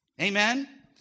Amen